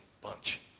bunch